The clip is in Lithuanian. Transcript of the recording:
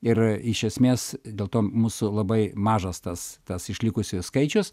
ir iš esmės dėl to mūsų labai mažas tas tas išlikusiųjų skaičius